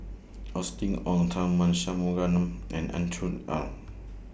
Austen Ong Tharman Shanmugaratnam and Andrew Ang